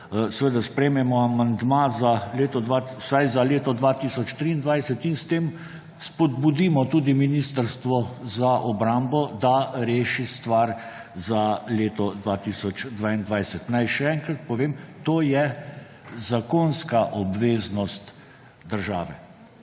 Lahko sprejmemo amandma vsaj za leto 2023 in s tem spodbudimo tudi Ministrstvo za obrambo, da reši stvar za leto 2022. Naj še enkrat povem, da je to zakonska obveznost države.